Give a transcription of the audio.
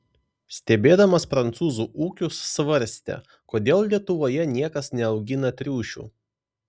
stebėdamas prancūzų ūkius svarstė kodėl lietuvoje niekas neaugina triušių